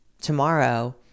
tomorrow